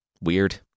weird